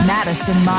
Madison